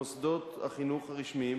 מוסדות החינוך הרשמיים